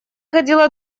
ходила